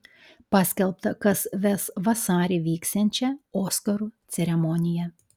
paskelbta kas ves vasarį vyksiančią oskarų ceremoniją